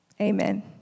Amen